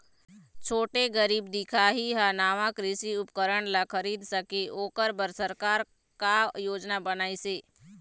छोटे गरीब दिखाही हा नावा कृषि उपकरण ला खरीद सके ओकर बर सरकार का योजना बनाइसे?